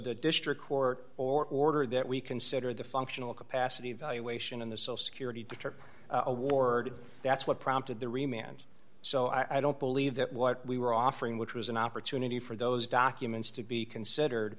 the district court ordered that we consider the functional capacity evaluation in the social security bitter award that's what prompted the remained so i don't believe that what we were offering which was an opportunity for those documents to be considered